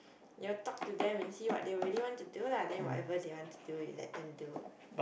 you will talk to them and see what they really want to do lah then whatever they want to do you let them do